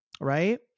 right